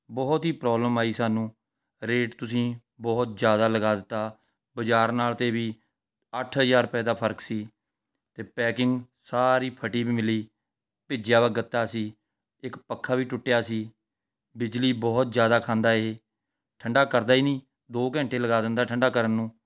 ਬਹੁਤ ਹੀ ਪ੍ਰੌਬਲਮ ਆਈ ਸਾਨੂੰ ਰੇਟ ਤੁਸੀਂ ਬਹੁਤ ਜ਼ਿਆਦਾ ਲਗਾ ਦਿੱਤਾ ਬਜ਼ਾਰ ਨਾਲ ਤੋਂ ਵੀ ਅੱਠ ਹਜ਼ਾਰ ਰੁਪਏ ਦਾ ਫ਼ਰਕ ਸੀ ਅਤੇ ਪੈਕਿੰਗ ਸਾਰੀ ਫਟੀ ਵੀ ਮਿਲੀ ਭਿੱਜਿਆ ਵਾ ਗੱਤਾ ਸੀ ਇੱਕ ਪੱਖਾ ਵੀ ਟੁੱਟਿਆ ਸੀ ਬਿਜਲੀ ਬਹੁਤ ਜ਼ਿਆਦਾ ਖਾਂਦਾ ਇਹ ਠੰਡਾ ਕਰਦਾ ਹੀ ਨਹੀਂ ਦੋ ਘੰਟੇ ਲਗਾ ਦਿੰਦਾ ਠੰਡਾ ਕਰਨ ਨੂੰ